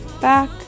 Back